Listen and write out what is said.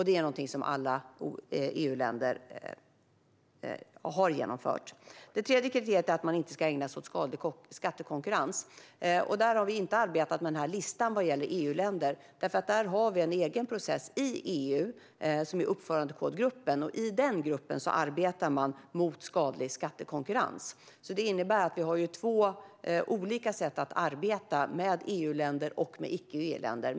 Det är någonting som alla EU-länder har genomfört. Det tredje kriteriet är alltså att man inte ska ägna sig åt skadlig skattekonkurrens. Där har vi inte arbetat med den här listan vad gäller EU-länder, för där har vi i EU en egen process genom uppförandekodgruppen. I den gruppen arbetar man mot skadlig skattekonkurrens. Det innebär att vi har två olika sätt att arbeta beroende på om det gäller EU-länder eller icke-EU-länder.